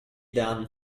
done